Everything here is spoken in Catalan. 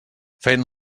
feien